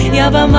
yalla bye um